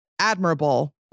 admirable